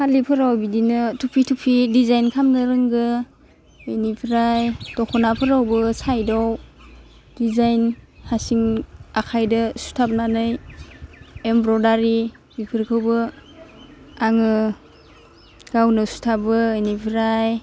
फालिफोराव बिदिनो थुफि थुफि डिजाइन खालामनो रोंगौ बेनिफ्राय दख'नाफोरावबो साइटआव डिजाइन हारसिं आखाइजों सुथाबनानै एम्ब्रदारि बेफोरखौबो आङो गावनो सुथाबो बेनिफ्राय